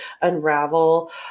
unravel